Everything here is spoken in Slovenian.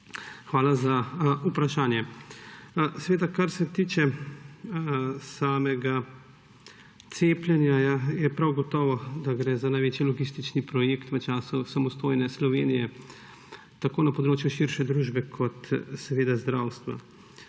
hvala za vprašanje. Kar se tiče samega cepljenja, je prav gotovo, da gre za največji logistični projekt v času samostojne Slovenije tako na področju širše družbe kot seveda zdravstva.